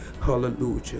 Hallelujah